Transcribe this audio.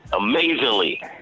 Amazingly